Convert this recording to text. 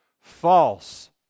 False